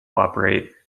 operate